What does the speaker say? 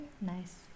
Nice